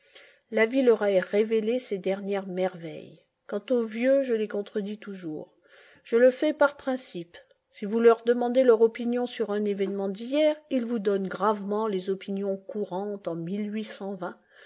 la vie leur a révélé ses dernières merveilles quant aux vieux je les contredis toujours je le fais par principe si vous leur demandez leur opinion sur un événement d'hier ils vous donnent gravement les opinions courantes en